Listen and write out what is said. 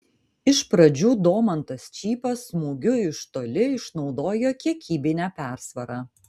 iš pradžių domantas čypas smūgiu iš toli išnaudojo kiekybinę persvarą